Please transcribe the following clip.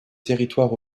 territoire